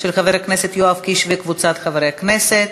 של חבר הכנסת יואב קיש וקבוצת חברי הכנסת.